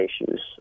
issues